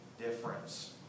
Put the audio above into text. difference